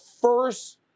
first